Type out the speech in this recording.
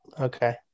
Okay